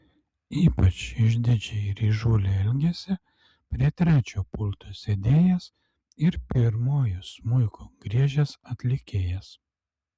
ypač išdidžiai ir įžūliai elgėsi prie trečio pulto sėdėjęs ir pirmuoju smuiku griežęs atlikėjas